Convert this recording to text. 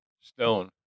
Stone